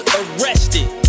arrested